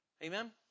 Amen